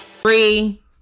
Three